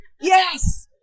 yes